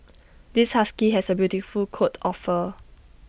this husky has A beautiful coat of fur